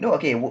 no okay